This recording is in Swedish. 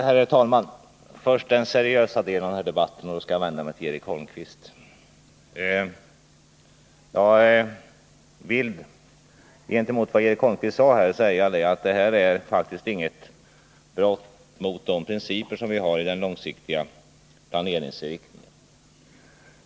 Herr talman! Först några ord i den seriösa delen av den här debatten, och då skall jag vända mig till Eric Holmqvist. Jag vill gentemot vad Eric Holmqvist sade framhålla att det föreliggande förslaget faktiskt inte innebär något brott mot principerna i det långsiktiga planeringssystemet.